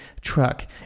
truck